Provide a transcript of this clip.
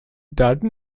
daten